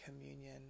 communion